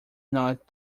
not